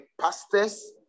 pastors